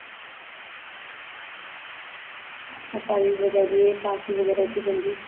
पाई party बगैरा च जंदी